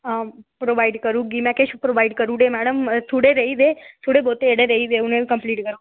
provide करी ओड़गी किश प्रोवाईड करी ओड़े किश रेही गेदे थोह्ड़े बहोत रेही गेदे कंप्लीट करो